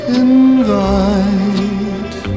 invite